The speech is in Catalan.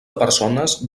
persones